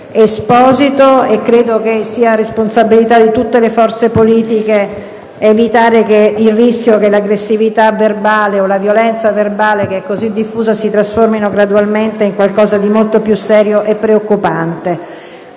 Esposito. Credo sia responsabilità di tutte le forze politiche evitare che l'aggressività o la violenza verbale, che sono così diffuse, si trasformino gradualmente in qualcosa di molto più serio e preoccupante.